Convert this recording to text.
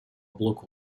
блоку